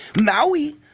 Maui